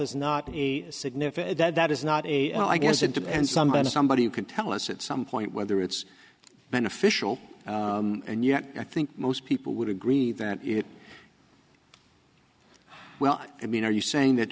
is not a significant that is not a i guess it depends somebody somebody who can tell us at some point whether it's beneficial and yet i think most people would agree that it well i mean are you saying that